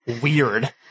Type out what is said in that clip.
weird